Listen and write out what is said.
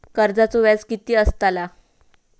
कर्जाचो व्याज कीती असताला?